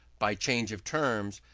by change of terms,